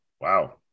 Wow